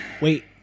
wait